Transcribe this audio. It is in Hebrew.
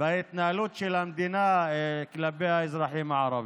בהתנהלות של המדינה כלפי האזרחים הערבים.